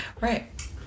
Right